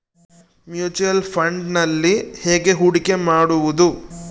Mutual ಫುಣ್ಡ್ನಲ್ಲಿ ಹೇಗೆ ಹೂಡಿಕೆ ಮಾಡುವುದು?